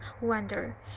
Wonder